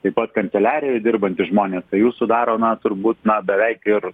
taip pat kanceliarijoj dirbantys žmonės tai jų sudaro na turbūt na beveik ir